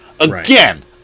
Again